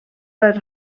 roedd